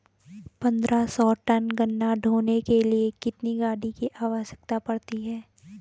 पन्द्रह सौ टन गन्ना ढोने के लिए कितनी गाड़ी की आवश्यकता पड़ती है?